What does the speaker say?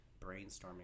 brainstorming